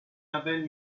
label